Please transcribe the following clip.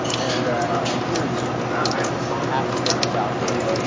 and ah. and peers peers asks him about ah.